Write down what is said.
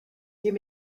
give